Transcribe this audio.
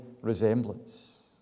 resemblance